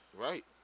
right